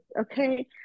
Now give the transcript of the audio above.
okay